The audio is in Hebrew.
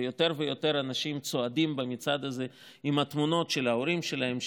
ויותר ויותר אנשים צועדים במצעד הזה עם התמונות של ההורים שלהם,